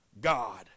God